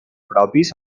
propis